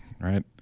Right